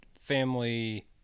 family